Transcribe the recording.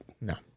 No